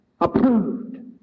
approved